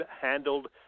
handled